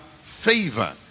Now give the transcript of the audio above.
favor